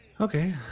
Okay